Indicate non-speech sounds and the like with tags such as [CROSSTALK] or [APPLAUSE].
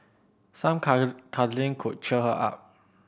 some [UNINTELLIGIBLE] cuddling could cheer her up